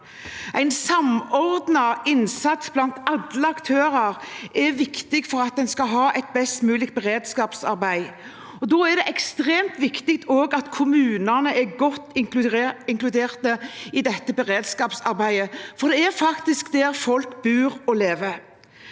En samordnet innsats blant alle aktører er viktig for at en skal ha et best mulig beredskapsarbeid. Det er ekstremt viktig at kommunene er godt inkludert i beredskapsarbeidet, for det er faktisk der folk bor og lever.